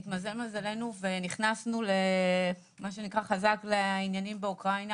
התמזל מזלנו ונכנסנו חזק לעניינים באוקראינה,